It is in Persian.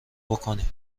بکنی